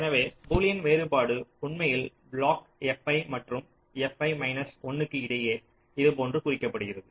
எனவே பூலியன் வேறுபாடு உண்மையில் பிளாக் fi மற்றும் fi மைனஸ் 1 க்கு இடையே இதுபோன்று குறிக்கப்படுகிறது